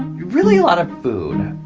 really, a lot of food.